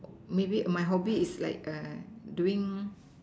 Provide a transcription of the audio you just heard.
maybe my hobby is like err doing